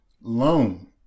Loan